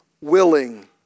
willing